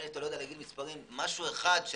משהו אחד,